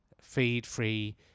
feed-free